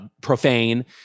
profane